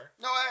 No